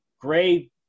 gray